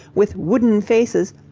with wooden faces,